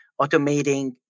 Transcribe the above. automating